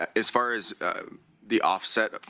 as far as the offset,